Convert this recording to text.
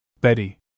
Betty